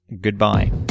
goodbye